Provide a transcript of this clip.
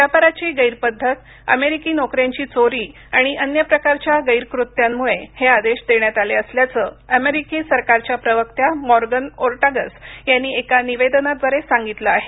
व्यापाराची गैर पद्धत अमेरिकी नोकऱ्यांची चोरी आणि अन्य प्रकारच्या गैर कृत्यांमुळे हे आदेश देण्यात आले असल्याचं अमेरिकी सरकारच्या प्रवक्त्या अमेरिकेची बौद्धिक मॉर्गन ओर्टागस यांनी एका निवेदनाद्वारे सांगितलं आहे